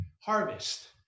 harvest